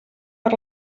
per